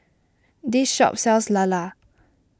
this shop sells Lala